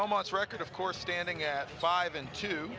almost record of course standing at five and two